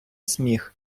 сміх